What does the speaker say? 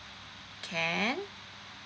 can